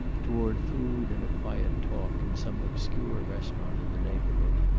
toward food and a quiet talk in some obscure restaurant in the neighborhood.